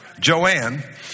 Joanne